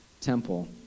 temple